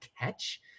catch